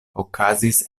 okazis